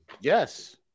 Yes